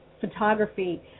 Photography